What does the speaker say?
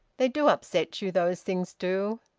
they do upset you, those things do,